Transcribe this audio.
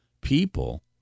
people